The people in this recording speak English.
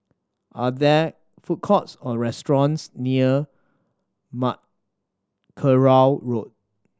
are there food courts or restaurants near Mackerrow Road